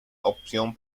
opción